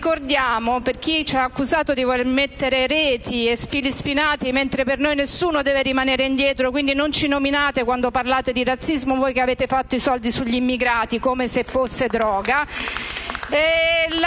cosa per chi ci ha accusato di voler mettere reti e fili spinati, mentre per noi nessuno deve rimanere indietro, pertanto, non ci nominate quando parlate di razzismo voi, che avete fatto i soldi sugli immigrati come se si